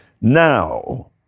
Now